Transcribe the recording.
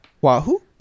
Wahoo